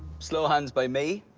slow hands by me